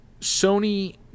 Sony